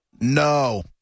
No